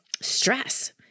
stress